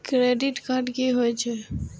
Credit card की होई छै?